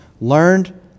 learned